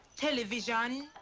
television?